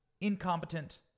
incompetent